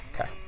okay